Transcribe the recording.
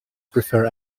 prefer